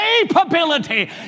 capability